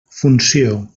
funció